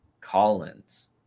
Collins